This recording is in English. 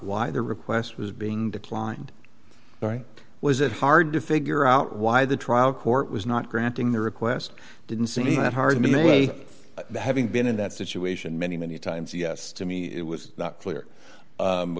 why the request was being declined right was it hard to figure out why the trial court was not granting the request didn't seem hard to me having been in that situation many many times yes to me it was not clear